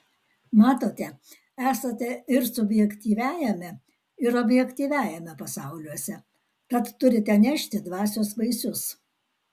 matote esate ir subjektyviajame ir objektyviajame pasauliuose tad turite nešti dvasios vaisius